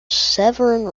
severn